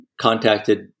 contacted